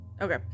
okay